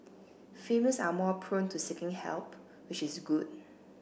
females are more prone to seeking help which is good